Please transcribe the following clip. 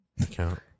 Account